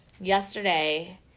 yesterday